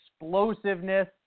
explosiveness